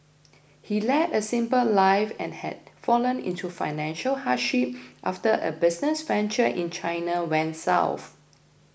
he led a simple life and had fallen into financial hardship after a business venture in China went south